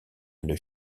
une